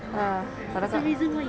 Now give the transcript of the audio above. ah kalau tak